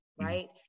right